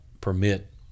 permit